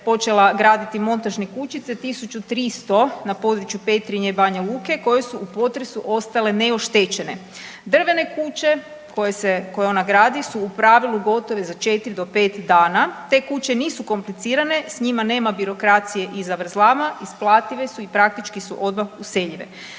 Počela graditi montažne kućice 1300 na području Petrinje i Banja Luke koje su u potresu ostale neoštećene. Drvene kuće koje ona gradi su u pravilu gotove za 4 do 5 dana. Te kuće nisu komplicirane, s njima nema birokracije i zavrzlama, isplative su i praktički su odmah useljive.